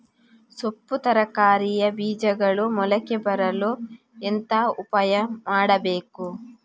ಸೊಪ್ಪು ತರಕಾರಿಯ ಬೀಜಗಳು ಮೊಳಕೆ ಬರಲು ಎಂತ ಉಪಾಯ ಮಾಡಬೇಕು?